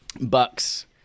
Bucks